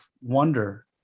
wonder